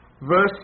Verse